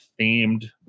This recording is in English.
themed